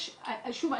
שוב,